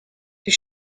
die